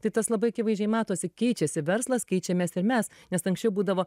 tai tas labai akivaizdžiai matosi keičiasi verslas keičiamės ir mes nes anksčiau būdavo